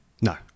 No